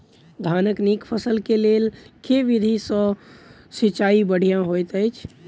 धानक नीक फसल केँ लेल केँ विधि सँ सिंचाई बढ़िया होइत अछि?